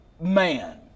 man